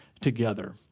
together